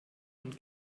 und